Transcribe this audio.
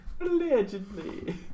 Allegedly